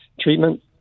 treatment